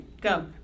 Go